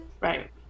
Right